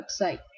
website